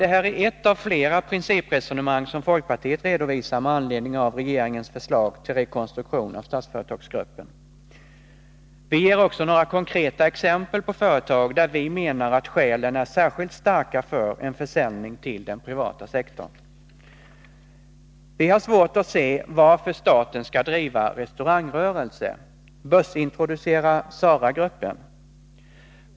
Det här är ett av flera principresonemang som folkpartiet redovisar med anledning av regeringens förslag till rekonstruktion av Statsföretagsgruppen. Vi ger också några konkreta exempel på företag där vi menar att skälen är särskilt starka för en försäljning till den privata sektorn. Vi har svårt att se varför staten skall driva restaurangrörelse: börsintroducera SARA-gruppen!